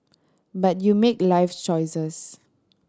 but you make life's choices